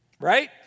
right